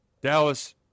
Dallas